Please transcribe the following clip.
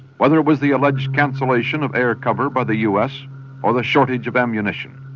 whether it was the alleged cancellation of air cover by the us or the shortage of ammunition,